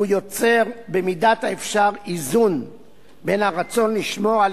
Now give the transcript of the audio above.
והוא יוצר במידת האפשר איזון בין הרצון לשמור על